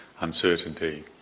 uncertainty